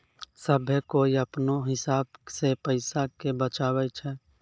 सभ्भे कोय अपनो हिसाब से पैसा के बचाबै छै